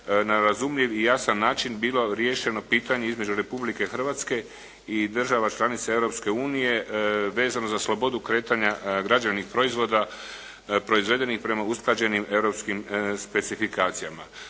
na razumljiv i jasan način bilo riješeno pitanje između Republike Hrvatske i država članica Europske unije vezano za slobodu kretanja građevnih proizvoda proizvedenih prema usklađenim europskim specifikacijama.